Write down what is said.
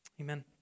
Amen